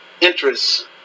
interests